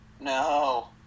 No